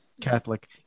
Catholic